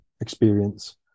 experience